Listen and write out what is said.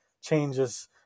changes